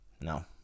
No